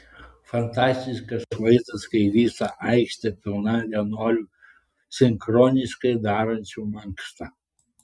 fantastiškas vaizdas kai visa aikštė pilna vienuolių sinchroniškai darančių mankštą